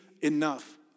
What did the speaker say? enough